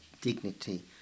dignity